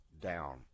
down